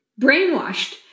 brainwashed